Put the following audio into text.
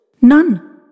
None